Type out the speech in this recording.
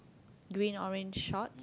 green orange short